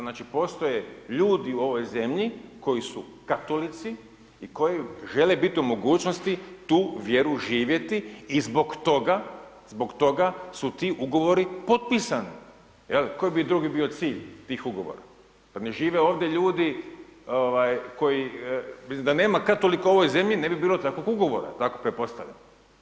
Znači postoje ljudi u ovoj zemlji koji su katolici i koji žele biti u mogućnosti tu vjeru živjeti i zbog toga su ti ugovori potpisani, je li, koji bi drugi bio cilj tih ugovora, pa ne žive ovdje ljudi koji, mislim da nema katolika u ovoj zemlji, ne bi bilo takvih ugovora, tako pretpostavljam.